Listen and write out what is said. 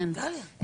כן,